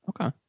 Okay